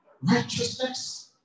righteousness